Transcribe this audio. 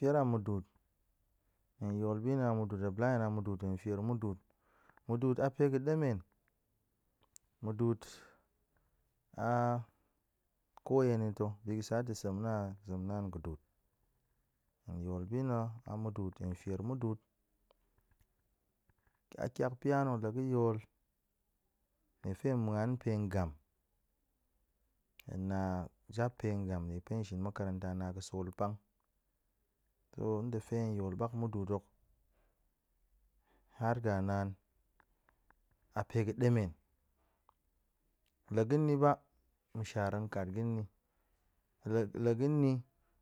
Hen fier a mudu'ut, hen yol bi na̱ a mudu'ut, muop la hen a mudu'ut, hen fier mudu'ut, mudu'ut a pae ga̱ ɗemen. Mudu'ut ah koye na̱ to a bi ga̱ sa to sem na̱ a zemnaan goedu'ut, hen yol bi na̱ a mudu'ut, hen fier mudu'ut. A tiak pia na̱ la ga̱ yol, niefe hen muan pae ngam, hen na jap pae ngam niepe hen shin makaranta nə a ga̱ sool pang. hen yol bak mudu'ut hok, har ga naan a pae ga̱ ɗemen. la ga̱n ni ba, ma̱shar tong ƙat ga̱n ni, le la ga̱n ni